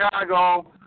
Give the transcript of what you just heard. Chicago